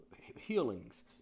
healings